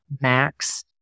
max